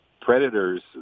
predators